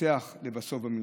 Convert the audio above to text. ניצחו לבסוף במלחמה.